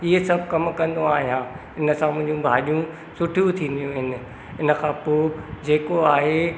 इहे सभ कम कंदो आहियां इनसां मुंहिजी भाॼियूं सुठियूं थींदियूं आहिनि इनखां पोइ जेको आहे